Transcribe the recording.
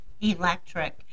Electric